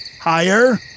higher